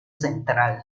central